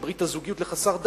של ברית הזוגיות לחסר דת,